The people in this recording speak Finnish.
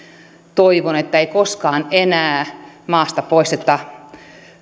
toivon että ei koskaan enää maasta poisteta